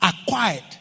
acquired